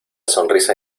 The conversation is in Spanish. sonrisa